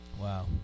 Wow